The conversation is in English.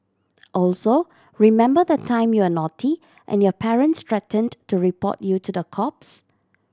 also remember the time you were naughty and your parents threatened to report you to the cops